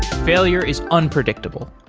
failure is unpredictable.